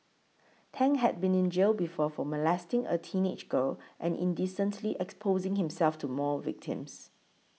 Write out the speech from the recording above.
Tang had been in jail before for molesting a teenage girl and indecently exposing himself to more victims